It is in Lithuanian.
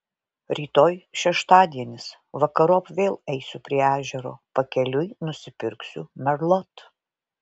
rytoj šeštadienis vakarop vėl eisiu prie ežero pakeliui nusipirksiu merlot